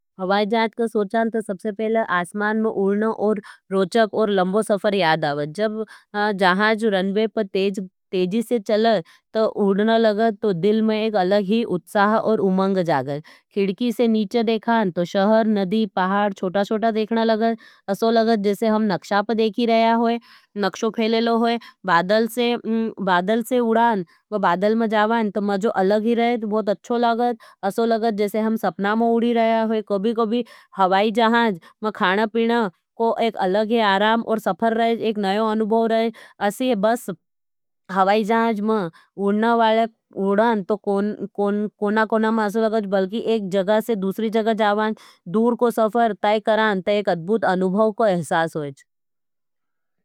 हवाई जाएँ का सोचान तो सबसे पहला आसमान में उड़ना और रोचक और लंबो सफर याद आवज। जब जहाज रनवे पर तेज-तेजी से चलज तो उड़ना लगत, तो दिल में एक अलग ही उत्साह और उमंग जागत। खिड़की से नीचे देखान, तो शहर, नदी, पहाड छोटा-छोटा देखना लगत, असो लगत जैसे हम नकशा प देखी रहा होई, नकशों फेलेलो होई, बादल से उड़ान, बादल में जावन तो मज़ो अलग ही रहत, बहुत अच्छो लगत। असो लगत जैसे हम स लगत, बल्कि एक जगा से दूसरी जगा जावान, दूर को सफर तय करन, ताय एक अद्भुत अनुभव को एहसास होईज।